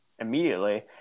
immediately